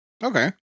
Okay